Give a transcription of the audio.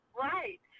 Right